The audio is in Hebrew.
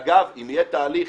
ואגב, אם יהיה תהליך